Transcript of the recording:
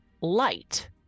light